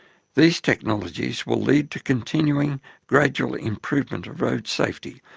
these technologies will lead to continuing gradual improvement of road safety,